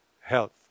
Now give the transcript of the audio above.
health